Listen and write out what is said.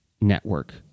network